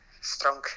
strong